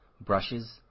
brushes